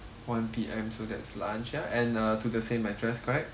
one P_M so that's lunch ya and uh to the same address correct